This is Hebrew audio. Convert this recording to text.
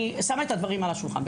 אני שמה את הדברים על השולחן,